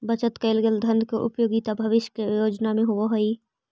बचत कैल गए धन के उपयोगिता भविष्य के योजना में होवऽ हई